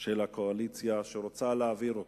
של הקואליציה, שרוצה להעביר אותו,